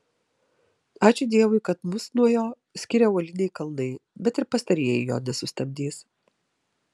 ačiū dievui kad mus nuo jo skiria uoliniai kalnai bet ir pastarieji jo nesustabdys